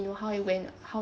you know how it went how